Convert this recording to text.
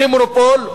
כמונופול.